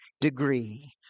degree